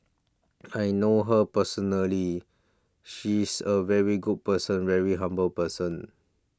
I know her personally she's a very good person very humble person